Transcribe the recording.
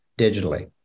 digitally